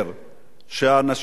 שהאנשים והמדינה,